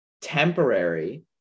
temporary